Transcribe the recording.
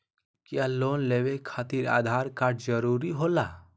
क्या लोन लेवे खातिर आधार कार्ड जरूरी होला?